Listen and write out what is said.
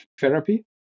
therapy